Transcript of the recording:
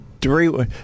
three –